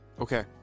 Okay